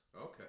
Okay